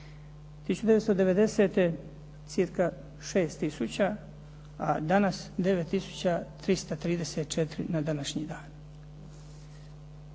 1990. cca 6000, a danas 9334 na današnji dan.